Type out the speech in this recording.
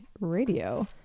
radio